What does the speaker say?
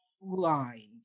lines